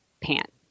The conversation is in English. pant